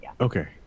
okay